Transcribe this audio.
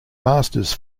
masters